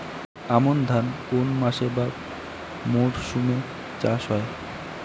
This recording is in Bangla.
আমন ধান কোন মাসে বা মরশুমে চাষ হয়?